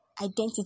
identity